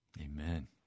Amen